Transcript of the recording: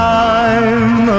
time